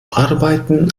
arbeiten